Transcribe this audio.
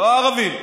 לא הערבים.